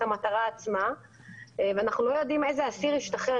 המטרה עצמה ואנחנו לא יודעים איזה אסיר ישתחרר,